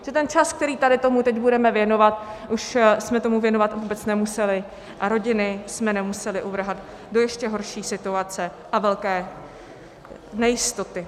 Že ten čas, který tady tomu teď budeme věnovat, už jsme tomu věnovat vůbec nemuseli a rodiny jsme nemuseli uvrhat do ještě horší situace a velké nejistoty.